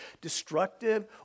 destructive